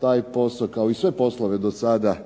taj posao kao i sve poslove do sada